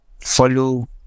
follow